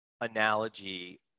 analogy